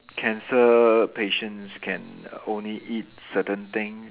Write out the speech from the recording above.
cancer patients can only eat certain things